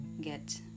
get